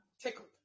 tickled